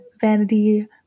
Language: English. Vanity